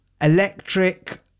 electric